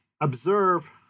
observe